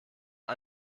die